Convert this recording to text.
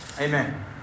Amen